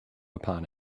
upon